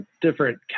different